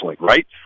right